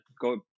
go